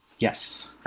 Yes